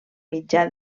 mitjà